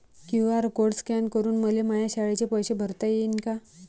QR code scan करून मले माया शाळेचे पैसे भरता येईन का?